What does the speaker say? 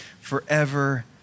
forever